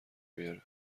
بیاره